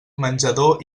menjador